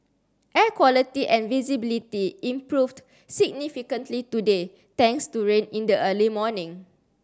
air quality and visibility improved significantly today thanks to rain in the early morning